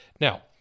Now